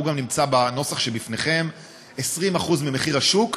והוא גם נמצא בנוסח שלפניכם: 20% ממחיר השוק.